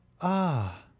Ah